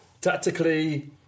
Tactically